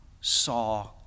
saw